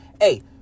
hey